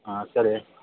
ಹಾಂ ಸರಿ